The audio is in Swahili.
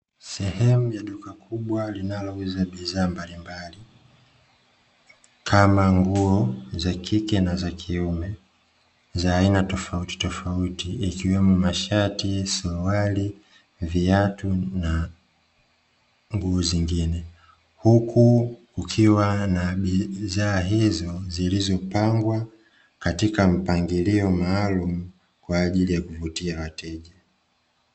Sehemu ya duka kubwa linalouza bidhaa mbalimbali kama nguo za kike na za kiume, za aina tofauti tofauti, ikiwemo: mashati, suruali, viatu na nguo zingine, huku kukiwa na bidhaa hizo zilizopangwa katika mpangilio maalumu kwa ajili ya kuvutia wateja.